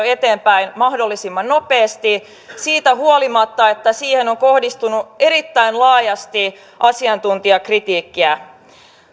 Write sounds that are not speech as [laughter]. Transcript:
[unintelligible] eteenpäin mahdollisimman nopeasti siitä huolimatta että siihen on kohdistunut erittäin laajasti asiantuntijakritiikkiä